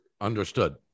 Understood